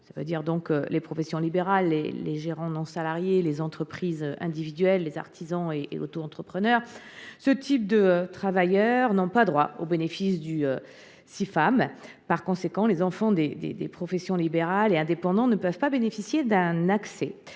aux indépendants : professions libérales, gérants non salariés, entreprises individuelles, artisans et autoentrepreneurs. Ces travailleurs n’ont pas droit au bénéfice du Cifam. Par conséquent, les enfants des professions libérales et des indépendants ne peuvent pas bénéficier d’un accès